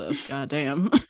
goddamn